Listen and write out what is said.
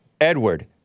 Edward